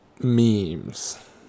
memes